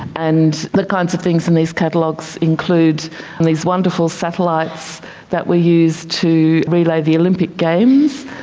and the kinds of things in these catalogues include and these wonderful satellites that we used to relay the olympic games.